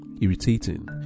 irritating